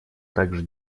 также